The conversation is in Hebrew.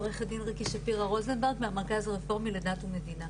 עורכת דין ריקי שפירא רוזנברג מהמרכז הרפואי לדת ומדינה.